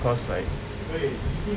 because like